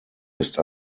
ist